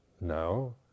no